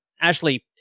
Ashley